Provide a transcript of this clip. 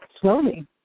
slowly